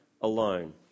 alone